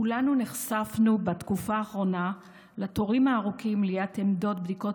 כולנו נחשפנו בתקופה האחרונה לתורים הארוכים ליד עמדות בדיקות